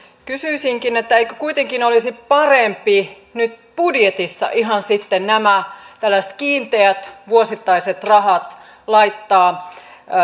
kysyisinkin eikö kuitenkin olisi parempi nyt budjetissa ihan sitten nämä tällaiset kiinteät vuosittaiset rahat laittaa